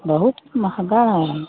बहुत महँगा